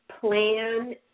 plan